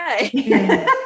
Okay